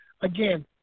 again